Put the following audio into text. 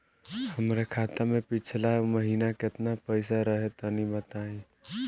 हमरा खाता मे पिछला महीना केतना पईसा रहे तनि बताई?